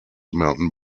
mountain